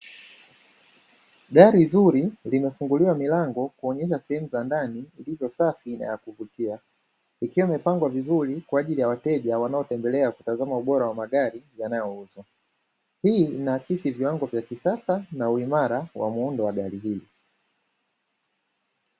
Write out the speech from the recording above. Gari zuri limefunguliwa milango kuonyesha sehemu za ndani ilivyosafi na ya kuvutia ikiwa imepangwa vizuri kwa ajili ya wateja wanaotembelea kutazama ubora wa magari yanayouzwa, hii inaakasi viwango vya kosasa na uimara wa muundo wa gari hili.